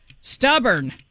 Stubborn